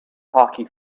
hockey